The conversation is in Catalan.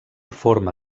forma